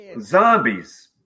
zombies